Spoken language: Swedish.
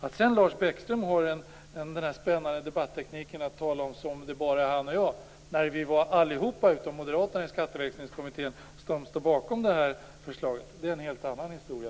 Att sedan Lars Bäckström har den spännande debattekniken att tala som om det bara är han och jag när vi allihop i Skatteväxlingskommittén, utom moderaterna, står bakom det här förslaget är en helt annan historia.